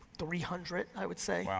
three hundred, i would say.